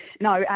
No